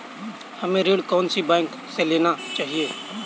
हमें ऋण कौन सी बैंक से लेना चाहिए?